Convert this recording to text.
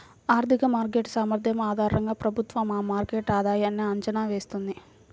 ఆర్థిక మార్కెట్ సామర్థ్యం ఆధారంగా ప్రభుత్వం ఆ మార్కెట్ ఆధాయన్ని అంచనా వేస్తుంది